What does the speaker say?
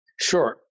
sure